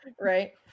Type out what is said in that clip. Right